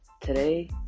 Today